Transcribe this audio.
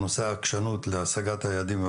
העקשנות להשגת היעדים,